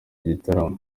gitaramo